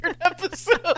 episode